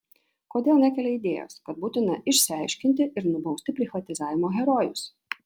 kodėl nekelia idėjos kad būtina išsiaiškinti ir nubausti prichvatizavimo herojus